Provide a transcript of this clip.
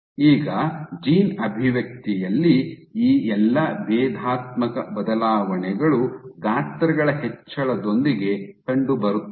ಈಗ ಜೀನ್ ಅಭಿವ್ಯಕ್ತಿಯಲ್ಲಿ ಈ ಎಲ್ಲಾ ಭೇದಾತ್ಮಕ ಬದಲಾವಣೆಗಳು ಗಾತ್ರಗಳ ಹೆಚ್ಚಳದೊಂದಿಗೆ ಕಂಡುಬರುತ್ತವೆ